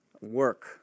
work